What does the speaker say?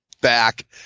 back